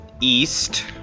east